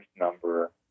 number